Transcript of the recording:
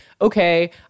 okay